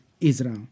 Israel